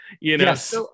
Yes